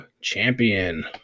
champion